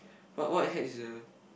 what what hatch the